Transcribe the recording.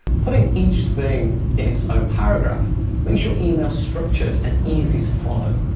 putting each thing in its own paragraph makes your email structured and easy to follow.